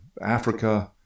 Africa